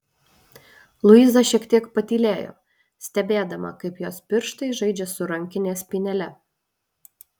luiza šiek tiek patylėjo stebėdama kaip jos pirštai žaidžia su rankinės spynele